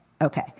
Okay